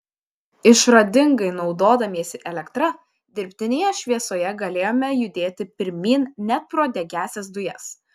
išradingai naudodamiesi elektra dirbtinėje šviesoje galėjome judėti pirmyn net pro degiąsias dujas